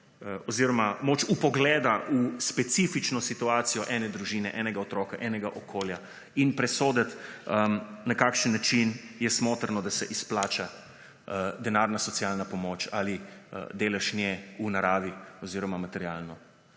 oziroma moč vpogleda v specifično situacijo ene družine, enega otroka, enega okolja in presoditi na kakšen način je smotrno, da se izplača denarna socialna pomoč ali delež nje v naravi oziroma materialno.